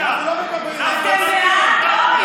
אתם בעד?